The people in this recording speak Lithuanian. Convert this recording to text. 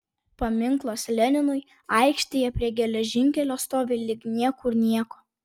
paminklas leninui aikštėje prie geležinkelio stovi lyg niekur nieko